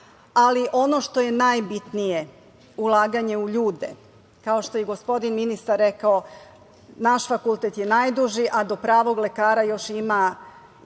ali ono što je najbitnije – ulaganje u ljude. Kao što je i gospodin ministar rekao – naš fakultet je najduži, a do pravog lekara ima